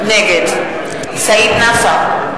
נגד סעיד נפאע,